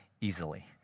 easily